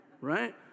Right